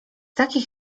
takiej